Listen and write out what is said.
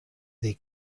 they